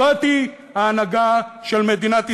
זאת היא ההנהגה של מדינת ישראל,